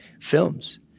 films